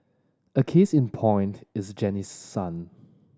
a case in point is Janice's son